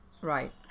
Right